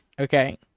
okay